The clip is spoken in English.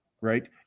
right